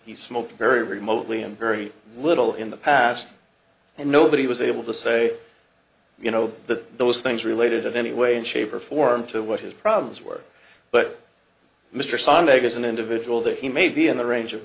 he smoked very remotely and very little in the past and nobody was able to say you know that those things related of any way shape or form to what his problems were but mr sontag is an individual that he may be in the range of